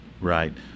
Right